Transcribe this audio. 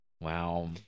Wow